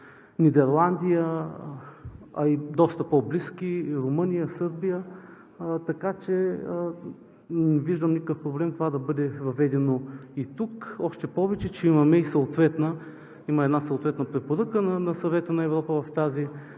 Нидерландия, а и доста по-близки и Румъния, Сърбия. Така че не виждам никакъв проблем това да бъде въведено и тук, още повече че имам една съответна препоръка на Съвета на Европа в тази